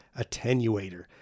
attenuator